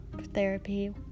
therapy